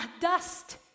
dust